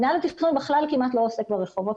מינהל התכנון כמעט לא עוסק ברחובות